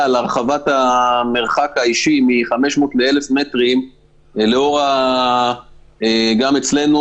על הרחבת המרחק האישי מ-500 מטרים ל-1,000 מטרים,